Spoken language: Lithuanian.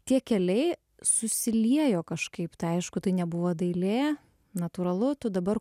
tie keliai susiliejo kažkaip tai aišku tai nebuvo dailė natūralu tu dabar